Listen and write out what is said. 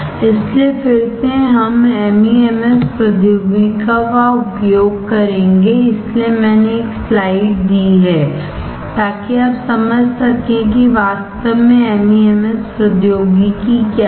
इसलिए फिर से हम MEMS प्रौद्योगिकी का उपयोग करेंगे इसीलिए मैंने एक स्लाइड दी है ताकि आप समझ सकें कि वास्तव में MEMS प्रौद्योगिकी क्या है